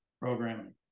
programming